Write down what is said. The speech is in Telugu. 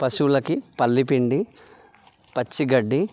పశువులకి పల్లిపిండి పచ్చిగడ్డి